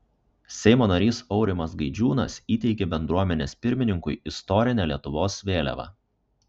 seimo narys aurimas gaidžiūnas įteikė bendruomenės pirmininkui istorinę lietuvos vėliavą